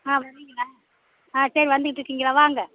ஆ வாரீங்களா ஆ சரி வந்துட்டுருக்கீங்களா வாங்க